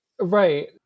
Right